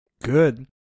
good